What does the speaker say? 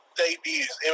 debuts